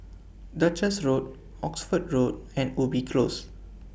Duchess Road Oxford Road and Ubi Close